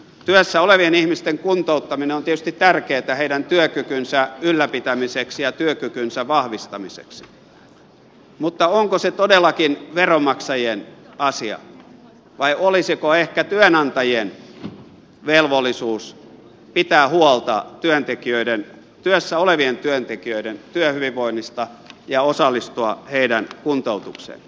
työssä olevien ihmisten kuntouttaminen on tietysti tärkeätä heidän työkykynsä ylläpitämiseksi ja työkykynsä vahvistamiseksi mutta onko se todellakin veronmaksajien asia vai olisiko ehkä työnantajien velvollisuus pitää huolta työssä olevien työntekijöiden työhyvinvoinnista ja osallistua heidän kuntoutukseensa